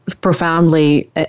Profoundly